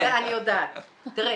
תראה,